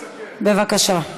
בבקשה.